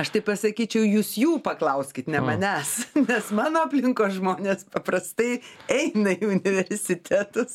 aš tai pasakyčiau jūs jų paklauskit ne manęs nes mano aplinkos žmonės paprastai eina į universitetus